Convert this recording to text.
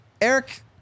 Eric